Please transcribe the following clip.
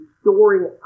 storing